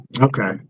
Okay